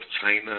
China